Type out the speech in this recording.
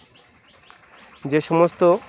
যে সমস্ত